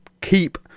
keep